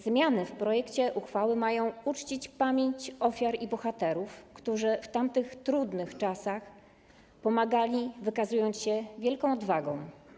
Zmiany w projekcie uchwały mają uczcić pamięć ofiar i bohaterów, którzy w tamtych trudnych czasach pomagali, wykazując się wielką odwagą.